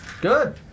Good